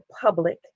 public